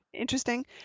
interesting